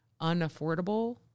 unaffordable